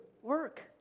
work